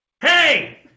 Hey